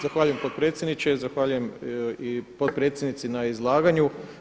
Zahvaljujem potpredsjedniče i zahvaljujem i potpredsjednici na izlaganju.